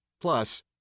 Plus